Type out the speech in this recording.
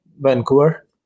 Vancouver